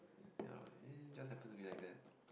ya just happened to be like that